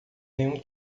nenhum